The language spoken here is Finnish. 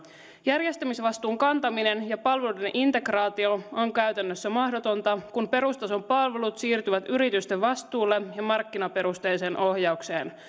järjestämisvastuun kantaminen ja palveluiden integraatio on käytännössä mahdotonta kun perustason palvelut siirtyvät yritysten vastuulle ja markkinaperusteiseen ohjaukseen